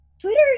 Twitter